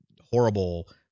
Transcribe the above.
horrible